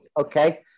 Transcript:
okay